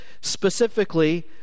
specifically